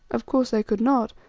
of course i could not,